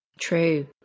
True